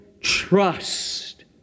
trust